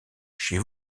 chez